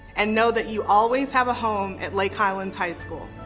and know that you always have a home at lake highlands high school.